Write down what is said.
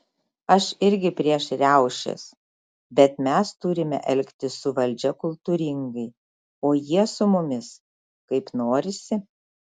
aš irgi prieš riaušės bet mes turime elgtis su valdžia kultūringai o jie su mumis kaip norisi